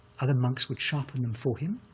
other monks would sharpen them for him,